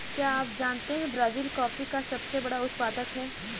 क्या आप जानते है ब्राज़ील कॉफ़ी का सबसे बड़ा उत्पादक है